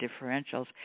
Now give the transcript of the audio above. differentials